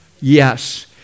yes